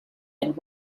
and